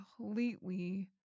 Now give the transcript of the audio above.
completely